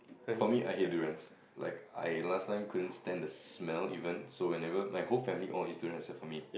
for me I hate durians like I last time couldn't stand the smell even so whenever my whole family all eat durian except for me